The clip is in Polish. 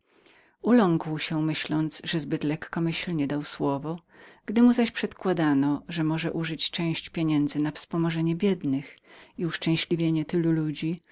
uląkł się myśląc że zbyt lekkomyślnie dał słowo gdy mu zaś przekładano że mógł użyć część pieniędzy na wspomożenie biednych i uszczęśliwienie tylu ludzi